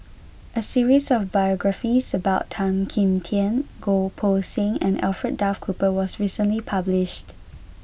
a series of biographies about Tan Kim Tian Goh Poh Seng and Alfred Duff Cooper was recently published